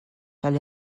tal